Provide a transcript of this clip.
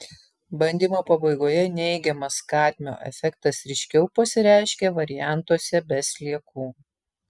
bandymo pabaigoje neigiamas kadmio efektas ryškiau pasireiškė variantuose be sliekų